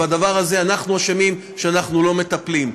בדבר הזה אנחנו אשמים שאנחנו לא מטפלים.